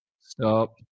stop